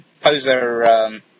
poser